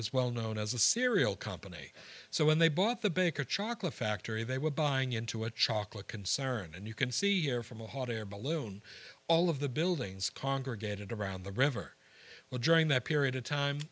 was well known as a cereal company so when they bought the baker chocolate factory they would buy into a chocolate concern and you can see here from a hot air balloon all of the buildings congregated around the river well during that period of time